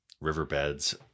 Riverbeds